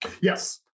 Yes